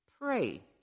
Pray